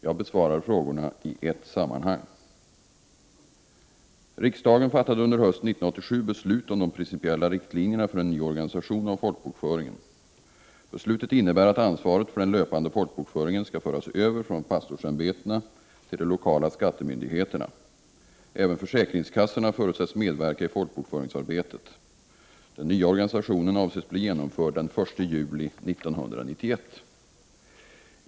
Jag besvarar frågorna i ett sammanhang. Riksdagen fattade under hösten 1987 beslut om de principiella riktlinjerna för en ny organisation av folkbokföringen. Beslutet innebär att ansvaret för den löpande folkbokföringen skall föras över från pastorsämbetena till de lokala skattemyndigheterna. Även försäkringskassorna förutsätts medverka i folkbokföringsarbetet. Den nya organisationen avses bli genomförd den 1 juli 1991.